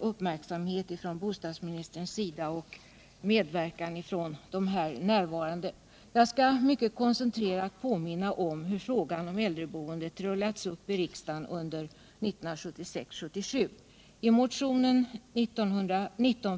uppmärksamhet från bostadsministerns sida och medverkan från de här närvarande. Jag skall mycket koncentrerat påminna om hur frågan om äldreboendet har rullats upp i riksdagen 1976 och 1977.